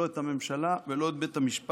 לא את הממשלה ולא את בית המשפט.